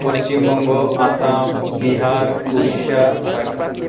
Paschimbanga Assam Bihar Orissa Jharkhand